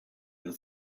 and